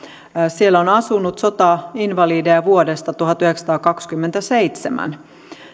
siellä on asunut sotainvalideja vuodesta tuhatyhdeksänsataakaksikymmentäseitsemän